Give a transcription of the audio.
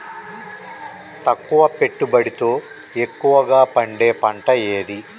తక్కువ పెట్టుబడితో ఎక్కువగా పండే పంట ఏది?